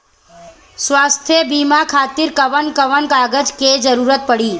स्वास्थ्य बीमा खातिर कवन कवन कागज के जरुरत पड़ी?